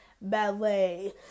ballet